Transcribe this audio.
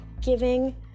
Giving